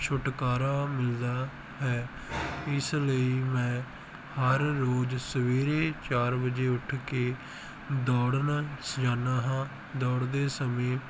ਛੁਟਕਾਰਾ ਮਿਲਦਾ ਹੈ ਇਸ ਲਈ ਮੈਂ ਹਰ ਰੋਜ਼ ਸਵੇਰੇ ਚਾਰ ਵਜੇ ਉੱਠ ਕੇ ਦੌੜਨ ਸ ਜਾਂਦਾ ਹਾਂ ਦੌੜਦੇ ਸਮੇਂ ਮੈਂ